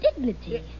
dignity